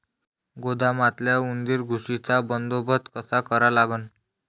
गोदामातल्या उंदीर, घुशीचा बंदोबस्त कसा करा लागन?